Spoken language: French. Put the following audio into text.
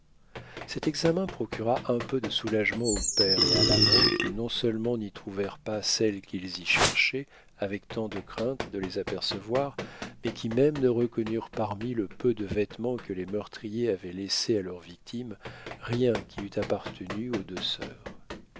cet examen procura un peu de soulagement au père et à l'amant qui non seulement n'y trouvèrent pas celles qu'ils y cherchaient avec tant de crainte de les apercevoir mais qui même ne reconnurent parmi le peu de vêtements que les meurtriers avaient laissés à leurs victimes rien qui eût appartenu aux deux